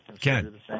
Ken